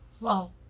Wow